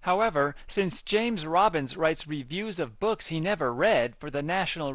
however since james robins writes reviews of books he never read for the national